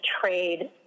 trade